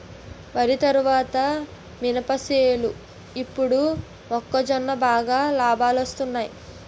వరి తరువాత మినప సేలు ఇప్పుడు మొక్కజొన్న బాగా లాబాలొస్తున్నయ్